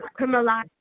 criminalize